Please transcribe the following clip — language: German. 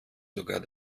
sogar